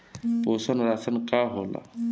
पोषण राशन का होला?